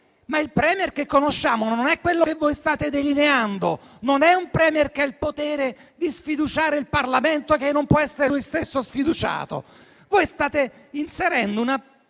Il *Premier* che conosciamo però non è quello che voi state delineando, non è un *Premier* che ha il potere di sfiduciare il Parlamento o non può essere egli stesso sfiduciato. Voi state inserendo una